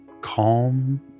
calm